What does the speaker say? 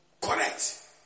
correct